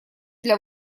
для